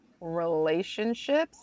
relationships